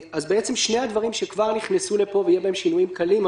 שני הדברים שכבר נכנסו לפה הם מוסכמים ויהיו בהם שינויים קלים,